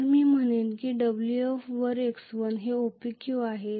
तर मी म्हणेन की Wf वर x1 हे OPQ आहे